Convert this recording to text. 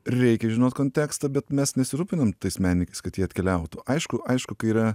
reikia žinot kontekstą bet mes nesirūpinam tais menininkais kad jie atkeliautų aišku aišku kai yra